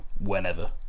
whenever